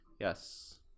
Yes